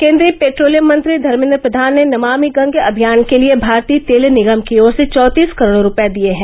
केन्द्रीय पेट्रोलियम मंत्री धर्मेन्द्र प्रधान ने नमामि गंगे अभियान के लिये भारतीय तेल निगम की ओर से चौंतीस करोड़ रूपये दिये हैं